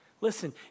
Listen